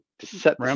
set